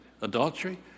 Adultery